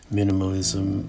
minimalism